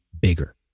bigger